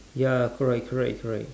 ya correct correct correct